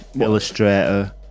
Illustrator